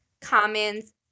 comments